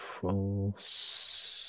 false